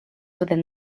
within